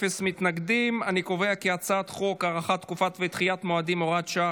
חוק הארכת תקופות ודחיית מועדים (הוראת שעה,